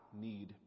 need